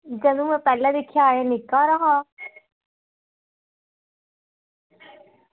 जदूं पैह्लें दिक्खेआ हा निक्का हा एह्